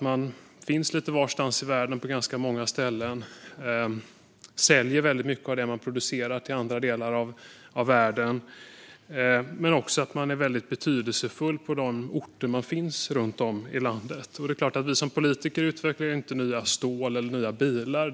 Man finns på ganska många ställen lite varstans i världen. Man säljer mycket av det man producerar till andra delar av världen. Men man är också betydelsefull på de orter där man finns runt om i landet. Vi som politiker utvecklar såklart inte nytt stål eller nya bilar.